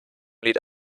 lädt